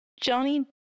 Johnny